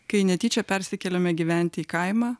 kai netyčia persikėlėme gyventi į kaimą